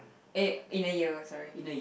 eh in a year sorry